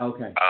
Okay